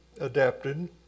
adapted